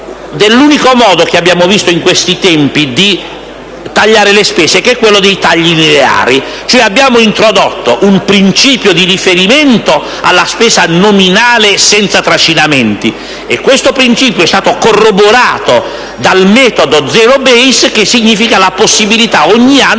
dell'unico modo che abbiamo visto in questi tempi di tagliare le spese, quello dei tagli lineari. Abbiamo cioè introdotto un principio di riferimento alla spesa nominale senza trascinamenti, e questo è stato corroborato dal metodo *zero-base,* che significa la possibilità di